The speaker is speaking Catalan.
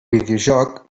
videojoc